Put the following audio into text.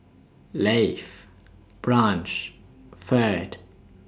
Lafe Branch Ferd